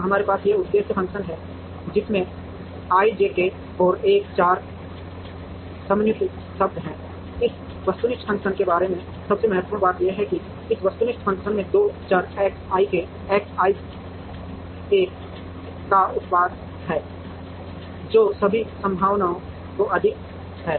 तो हमारे पास यह उद्देश्य फ़ंक्शन है जिसमें ijk और l के चार समन्युति शब्द हैं इस वस्तुनिष्ठ फ़ंक्शन के बारे में सबसे महत्वपूर्ण बात यह है कि इस वस्तुनिष्ठ फ़ंक्शन में दो चर X ik X jl का उत्पाद है जो सभी संभावनाओं से अधिक है